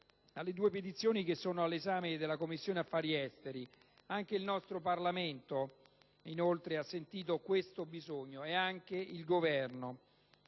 alle due petizioni all'esame della Commissione affari esteri. Anche il nostro Parlamento, inoltre, ha sentito questo bisogno ed anche il Governo.